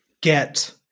get